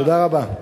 תודה רבה.